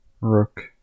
rook